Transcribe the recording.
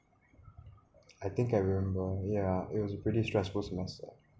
I think I remember yeah it was a pretty stressful semester